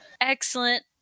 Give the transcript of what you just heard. Excellent